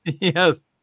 Yes